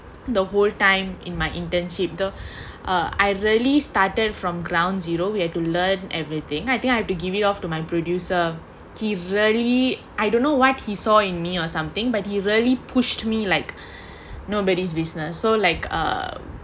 the whole time in my internship though uh I really started from ground zero we had to learn everything I think I have to give it off to my producer keith really I don't know what he saw in me or something but he really pushed me like nobody's business so like um